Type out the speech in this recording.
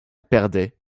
perdait